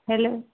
hello